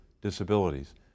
Disabilities